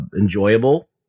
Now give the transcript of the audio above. enjoyable